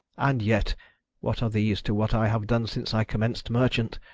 and yet what are these to what i have done since i commenced merchant.